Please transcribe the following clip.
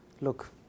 Look